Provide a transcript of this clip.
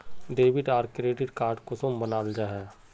Debit आर credit card कुंसम बनाल जाहा?